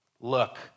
Look